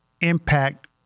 impact